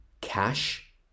cash